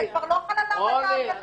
כבר לא חלה עליו ההגנה.